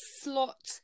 slot